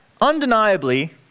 undeniably